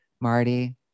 Marty